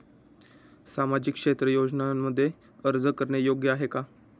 सामाजिक क्षेत्र योजनांमध्ये अर्ज करणे योग्य आहे का?